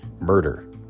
murder